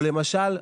או למשל,